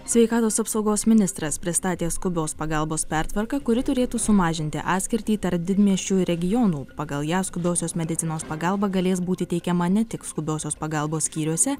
sveikatos apsaugos ministras pristatė skubios pagalbos pertvarką kuri turėtų sumažinti atskirtį tarp didmiesčių ir regionų pagal ją skubiosios medicinos pagalba galės būti teikiama ne tik skubiosios pagalbos skyriuose